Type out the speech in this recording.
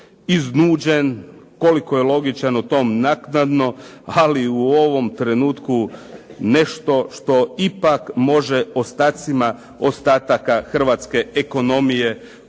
iznuđen. Koliko je logičan o tom naknadno, ali u ovom trenutku nešto što ipak može ostacima ostataka hrvatske ekonomije koliko